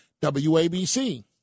WABC